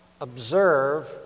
observe